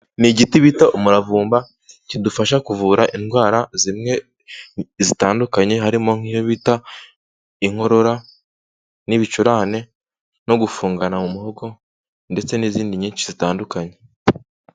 Ni igiti bita umuravumba, kidufasha kuvura indwara zimwe zitandukanye harimo nk'iyo bita inkorora n'ibicurane no gufungana mu muhogo ndetse n'izindi nyinshi zitandukanye.